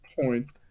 points